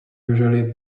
usually